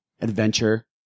adventure